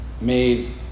made